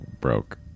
broke